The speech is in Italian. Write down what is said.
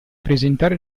presentare